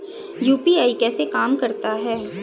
UPI कैसे काम करता है?